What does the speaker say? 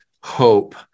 hope